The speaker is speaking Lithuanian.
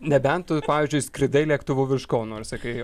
nebent tu pavyzdžiui skridai lėktuvu virš kauno ir sakai